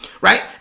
right